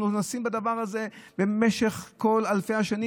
אנחנו נושאים בדבר הזה במשך כל אלפי השנים.